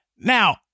Now